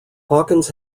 hawkins